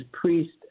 priest